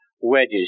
wedges